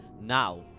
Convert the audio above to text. Now